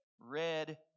red